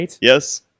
Yes